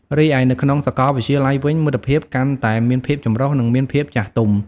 រីឯនៅក្នុងសាកលវិទ្យាល័យវិញ មិត្តភាពកាន់តែមានភាពចម្រុះ និងមានភាពចាស់ទុំ។